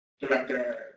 Director